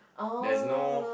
there is no